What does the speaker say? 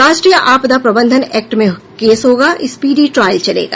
राष्ट्रीय आपदा प्रबंधन एक्ट में केस होगा स्पीडी ट्रायल चलेगा